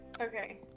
Okay